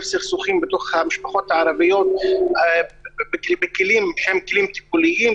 סכסוכים בתוך המשפחות הערביות בכלים טיפוליים,